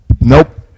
Nope